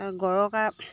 গৰকা